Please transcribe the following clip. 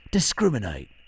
Discriminate